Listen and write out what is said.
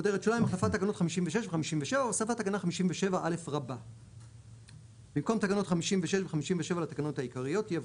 החלפת תקנות 56 ו- 57 והוספת תקנה 57א 8. במקום תקנות 56 ו- 57 לתקנות העיקריות יבוא: